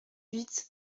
huit